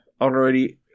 already